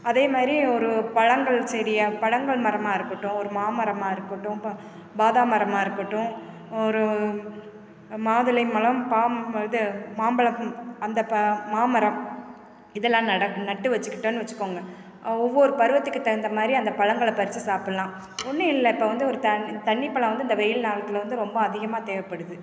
அதே மாதிரி ஒரு பழங்கள் செடியாக பழங்கள் மரமாக இருக்கட்டும் ஒரு மா மரமாக இருக்கட்டும் ப பாதாம் மரமாக இருக்கட்டும் ஒரு மாதுளை பலம் பாம் இது மாம்பழம் அந்த ப மாமரம் இதெல்லாம் நடக்கும் நட்டு வச்சிக்கிட்டன்னு வச்சிக்கோங்க ஒவ்வொரு பருவத்துக்கு தகுந்த மாதிரி அந்த பழங்களை பறிச்சு சாப்பிட்லாம் ஒன்றும் இல்லை இப்போ வந்து ஒரு தண் தண்ணி பழம் வந்து இந்த வெயில் நாள்கள்ல வந்து ரொம்ப அதிகமாக தேவைப்படுது